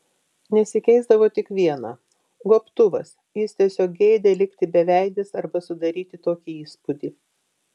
nesikeisdavo tik viena gobtuvas jis tiesiog geidė likti beveidis arba sudaryti tokį įspūdį